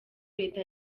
leta